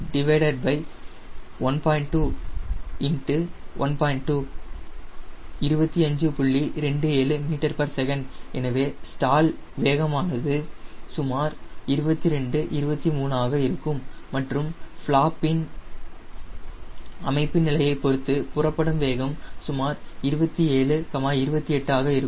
27 ms எனவே stall வேகமானது சுமார் 22 23 ஆக இருக்கும் மற்றும் ஃபிளாப்பின் அமைப்பு நிலையைப் பொறுத்து புறப்படும் வேகம் சுமார் 27 28 ஆக இருக்கும்